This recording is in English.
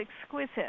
exquisite